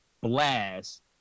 blast